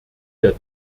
der